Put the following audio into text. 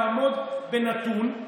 לעמוד בנתון,